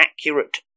accurate